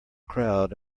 crowd